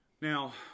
Now